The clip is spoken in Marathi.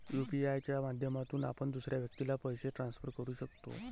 यू.पी.आय च्या माध्यमातून आपण दुसऱ्या व्यक्तीला पैसे ट्रान्सफर करू शकतो